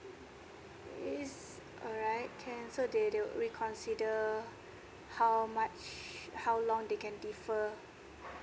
is alright can so they they would reconsider how much sure how long they can differ